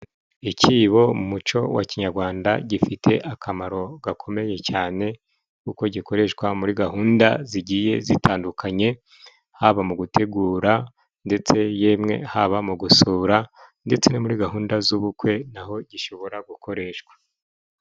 Ikibo mu muco wa kinyarwanda gifite akamaro gakomeye cyane kuko gikoreshwa muri gahunda zigiye zitandukanye haba mu gutegura ndetse yemwe haba mu gusura ndetse no muri gahunda z'ubukwe naho gishobora gukoreshwa.